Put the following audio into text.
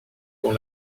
pour